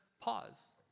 pause